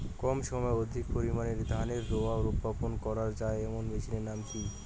কম সময়ে অধিক পরিমাণে ধানের রোয়া বপন করা য়ায় এমন মেশিনের নাম কি?